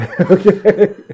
Okay